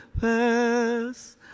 pass